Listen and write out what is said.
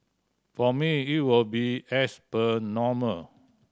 for me it will be as per normal